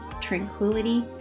tranquility